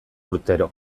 urtero